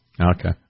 Okay